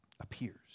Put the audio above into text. appears